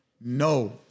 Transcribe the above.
No